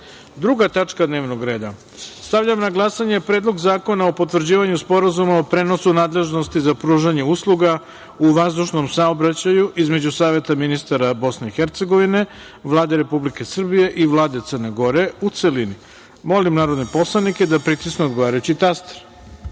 tačka dnevnog reda. Stavljam na glasanje Predlog zakona o potvrđivanju Sporazuma o prenosu nadležnosti za pružanje usluga u vazdušnom saobraćaju između Saveta ministara Bosne i Hercegovine, Vlade Republike Srbije i Vlade Crne Gore, u celini. Molim narodne poslanike da pritisnu odgovarajući